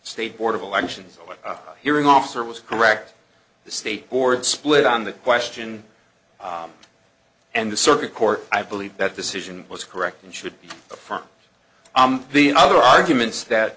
state board of elections hearing officer was correct the state board split on the question and the circuit court i believe that decision was correct and should be from the other arguments that